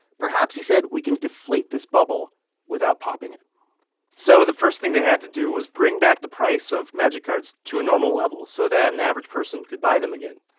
perhaps, he said, we can deflate this bubble without popping it so the first thing they had to do was bring back the price of magic cards to a normal level so that an average person could buy them again.